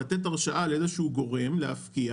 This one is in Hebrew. רוצה לתת איזושהי הרשאה לאיזשהו גורם להפקיע,